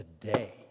today